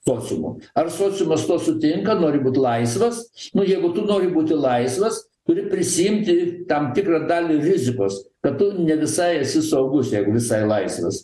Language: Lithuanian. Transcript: sociumo ar sociumas su tuo sutinka nori būt laisvas nu jeigu tu nori būti laisvas turi prisiimti tam tikrą dalį rizikos kad tu ne visai esi saugus jeigu visai laisvas